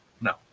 No